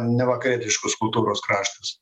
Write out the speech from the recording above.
nevakarietiškos kultūros kraštas